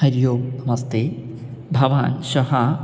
हरिः ओं नमस्ते भवान् श्वः